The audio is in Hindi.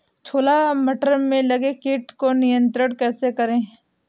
छोला मटर में लगे कीट को नियंत्रण कैसे करें?